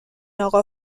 اقا